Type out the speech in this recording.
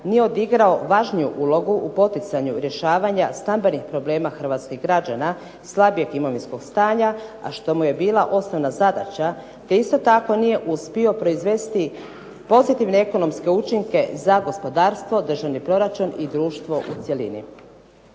nije odigrao važniju ulogu u poticanju rješavanja stambenih problema hrvatskih građana slabijeg imovinskog stanja, a što mu je bila osnovna zadaća te isto tako nije uspio proizvesti pozitivne ekonomske učinke za gospodarstvo, državni proračun i društvo u cjelini.